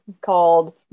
called